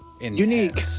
Unique